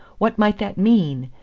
what might that mean?